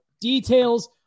details